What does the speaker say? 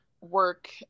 work